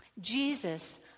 Jesus